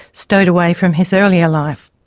stowed away from his earlier life.